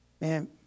man